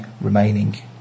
remaining